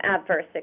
adverse